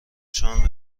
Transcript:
چون